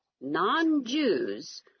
non-Jews